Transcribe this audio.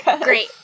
Great